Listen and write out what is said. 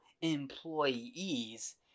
employees